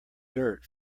dirt